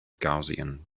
gaussian